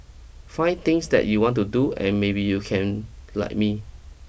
find things that you want to do and maybe you can like me